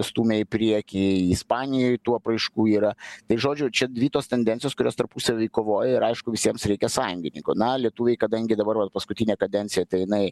stūmė į priekį ispanijoj tų apraiškų yra tai žodžiu čia dvi tos tendencijos kurios tarpusavy kovoja ir aišku visiems reikia sąjungininko na lietuviai kadangi dabar va paskutinę kadenciją tai jinai